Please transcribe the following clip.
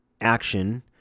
action